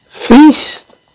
Feast